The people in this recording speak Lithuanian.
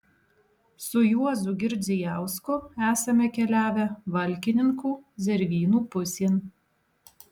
su juozu girdzijausku esame keliavę valkininkų zervynų pusėn